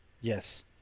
Yes